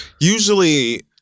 usually